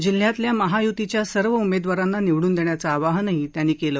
जिल्ह्यातल्या महायुतीच्या सर्व उमेदवारांना निवडून देण्याचं आवाहनही त्यांनी केलं